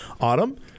autumn